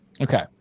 Okay